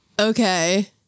Okay